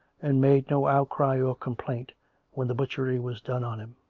and made no outcry or complaint when the butchery was done on him.